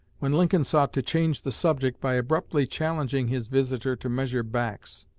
when lincoln sought to change the subject by abruptly challenging his visitor to measure backs.